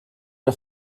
era